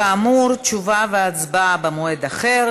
כאמור, תשובה והצבעה במועד אחר.